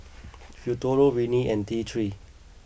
Futuro Rene and T three